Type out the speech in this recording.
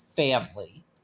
Family